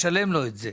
לשלם לו את זה.